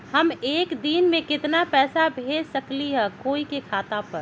हम एक दिन में केतना पैसा भेज सकली ह कोई के खाता पर?